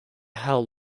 how